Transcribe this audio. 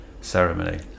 ceremony